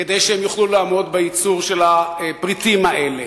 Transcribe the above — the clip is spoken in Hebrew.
כדי שהם יוכלו לעמוד בייצור של הפריטים האלה.